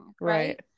right